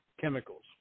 chemicals